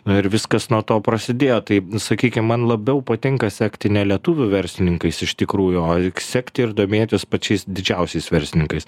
na ir viskas nuo to prasidėjo tai sakykim man labiau patinka sekti ne lietuvių verslininkais iš tikrųjų o sekti ir domėtis pačiais didžiausiais verslininkais